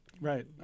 right